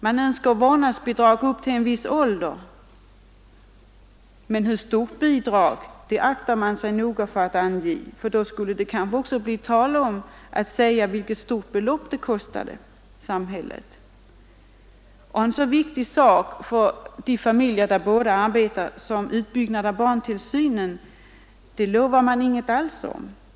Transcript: Man önskar vårdnadsbidrag upp till en viss ålder — men hur stort bidrag aktar man sig för att ange, för då skulle det kanske också bli tal om vilket stort belopp detta skulle kosta samhället. En så viktig sak för de familjer, där båda makarna arbetar, som utbyggnad av barntillsynen lovar man inget alls om.